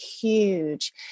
huge